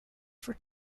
for